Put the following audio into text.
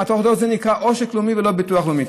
זה נקרא עושק לאומי ולא ביטוח לאומי.